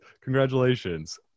congratulations